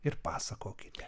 ir pasakokite